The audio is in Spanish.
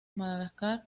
madagascar